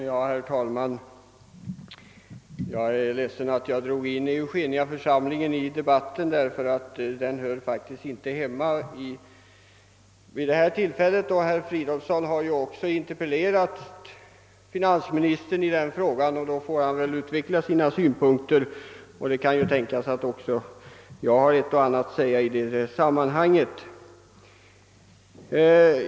Herr talman! Jag är ledsen att jag tog upp spörsmålet om Eugeniaförsamlingens byggenskap, eftersom det faktiskt inte hör hemma i denna debatt. Herr Fridolfsson har ju också interpellerat finansministern i denna fråga och han får väl i samband därmed tillfälle att utveckla sina synpunkter. Det kan också tänkas att jag har ett och annat att säga i detta sammanhang.